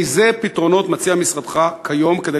1. אילו פתרונות מציע משרדך כיום כדי